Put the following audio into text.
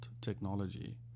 technology